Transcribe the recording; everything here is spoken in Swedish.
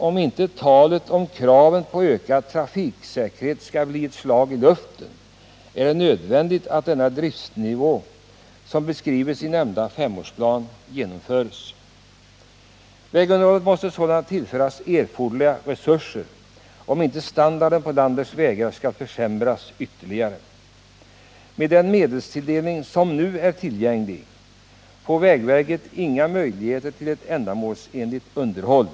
Om inte talet om ökad trafiksäkerhet skall bli ett slag i luften är det nödvändigt att den driftsnivå som anges i denna femårsplan uppnås. Vägunderhållet måste tillföras erforderliga resurser om inte standarden på landets vägar skall försämras ytterligare. Med den medelstilldelning som nu är tillgänglig har vägverket inga möjligheter att utföra ett ändamålsenligt vägunderhåll.